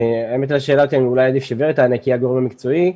על השאלה אולי שוורד תענה כי היא הגורם המקצועי,